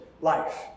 life